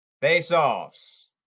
Face-offs